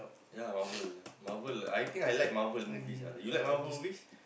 ya Marvel ah Marvel I think I like Marvel movies ah you like Marvel movies